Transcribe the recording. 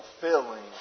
fulfilling